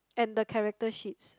and the character sheets